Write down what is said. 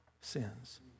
sins